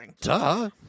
Duh